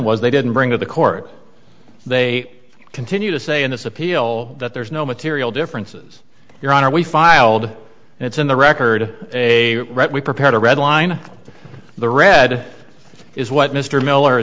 was they didn't bring to the court they continue to say in this appeal that there is no material differences your honor we filed and it's in the record a right we prepared a red line the red is what mr miller